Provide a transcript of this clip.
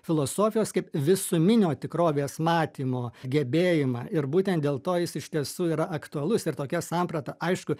filosofijos kaip visuminio tikrovės matymo gebėjimą ir būtent dėl to jis iš tiesų yra aktualus ir tokia samprata aišku